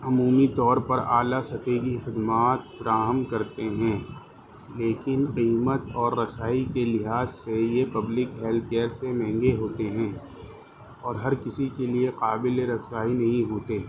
عمومی طور پر اعلیٰ سطحی خدمات فراہم کرتے ہیں لیکن قیمت اور رسائی کے لحاظ سے پبلک ہیلتھ کیئر سے مہنگے ہوتے ہیں اور ہر کسی کے لیے قابل رسائی نہیں ہوتے